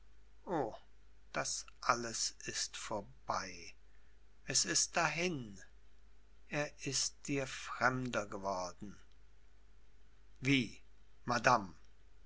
o das alles ist vorbei es ist dahin er ist dir fremder geworden wie madame